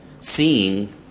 seeing